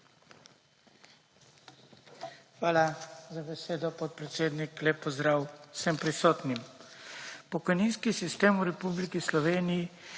Hvala za besedo, podpredsednik. Lep pozdrav vsem prisotnim! Pokojninski sistem v Republiki Sloveniji